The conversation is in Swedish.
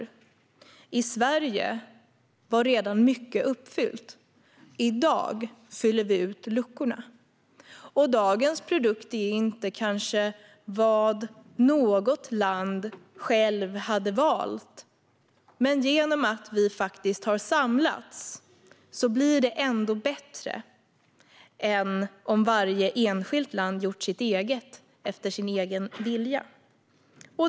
I Sverige var mycket redan uppfyllt, och i dag fyller vi ut luckorna. Dagens produkt är kanske inte vad något land självt hade valt, men genom att vi faktiskt har samlats blir det ändå bättre än om varje enskilt land hade gjort sin egen lösning efter sin egen vilja.